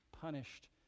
punished